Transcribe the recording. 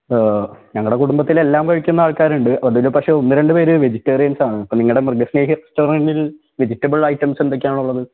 ഞങ്ങളുടെ കുടുമ്പത്തിൽ എല്ലാം കഴിക്കുന്ന ആൾക്കാരുണ്ട് അതിൽ പക്ഷേ ഒന്ന് രണ്ട് പേർ വെജിറ്റേറിയൻസ് ആണ് അപ്പം നിങ്ങളുടെ മൃഗസ്നേഹി റെസ്റ്റൊറൻറിൽ വെജിറ്റബിൾ ഐറ്റംസ് എന്തൊക്കെയാണ് ഉള്ളത്